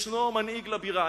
יש מנהיג לבירה,